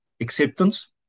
acceptance